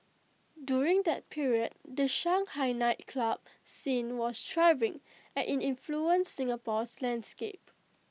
during that period the Shanghai nightclub scene was thriving and IT influenced Singapore's landscape